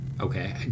okay